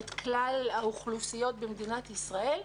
את כלל האוכלוסיות במדינת ישראל,